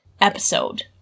episode